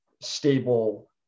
stable